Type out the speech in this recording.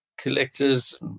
collectors